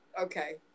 Okay